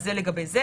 זה לגבי זה.